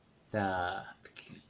the